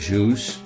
Juice